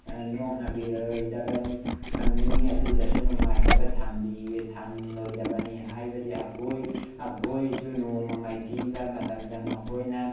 ꯅꯣꯛꯅꯕꯤꯔꯣꯏꯗꯕꯅꯤ ꯃꯤ ꯑꯗꯨꯗꯁꯨ ꯅꯨꯡꯉꯥꯏꯇꯕ ꯊꯝꯂꯣꯏꯗꯕꯅꯤ ꯍꯥꯏꯕꯗꯤ ꯑꯩꯈꯣꯏꯁꯨ ꯅꯣꯡꯃ ꯃꯥꯏꯊꯤꯕ ꯃꯇꯝꯗ ꯃꯈꯣꯏꯅ